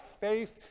faith